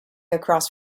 across